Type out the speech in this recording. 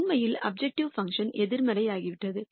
உண்மையில் objective function எதிர்மறையாகிவிட்டது